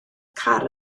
car